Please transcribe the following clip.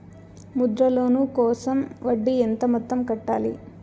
Mudra loan కోసం వడ్డీ ఎంత మొత్తం కట్టాలి